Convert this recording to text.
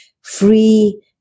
free